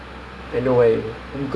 why why